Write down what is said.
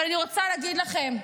אבל אני רוצה להגיד לכם,